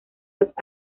los